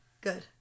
Good